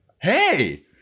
hey